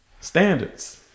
Standards